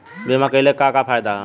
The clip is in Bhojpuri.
बीमा कइले का का फायदा ह?